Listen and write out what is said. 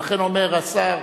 ולכן אומר השר: